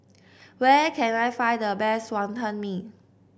where can I find the best Wonton Mee